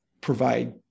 provide